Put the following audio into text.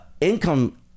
income